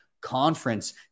conference